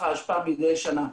נזרקים לפח האשפה מדי שנה.